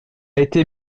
été